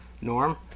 Norm